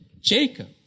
Jacob